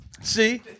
See